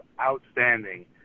outstanding